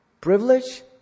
Privilege